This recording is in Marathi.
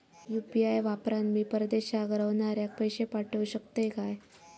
यू.पी.आय वापरान मी परदेशाक रव्हनाऱ्याक पैशे पाठवु शकतय काय?